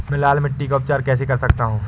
मैं लाल मिट्टी का उपचार कैसे कर सकता हूँ?